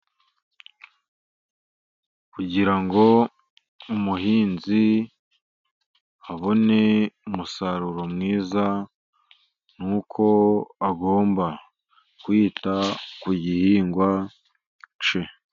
Kugira ngo umuhinzi abone umusaruro mwiza, nuko agomba kwita ku gihingwa cye.